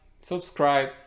subscribe